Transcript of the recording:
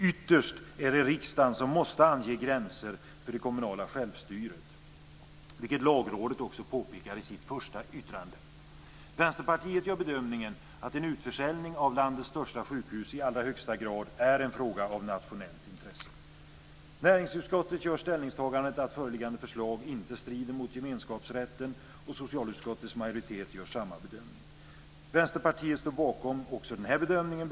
Ytterst är det riksdagen som måste ange gränser för det kommunala självstyret, vilket Lagrådet också påpekar i sitt första yttrande. Vänsterpartiet gör bedömningen att en utförsäljning av landets största sjukhus i allra högsta grad är en fråga av nationellt intresse. Näringsutskottet gör ställningstagandet att föreliggande förslag inte strider mot gemenskapsrätten, och socialutskottets majoritet gör samma bedömning. Vänsterpartiet står bakom också den här bedömningen.